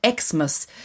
Xmas